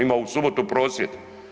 Ima u subotu prosvjed.